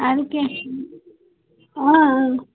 اَدٕ کیٚنٛہہ چھُنہٕ آ آ